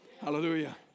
Hallelujah